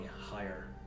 higher